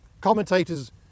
commentators